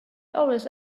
always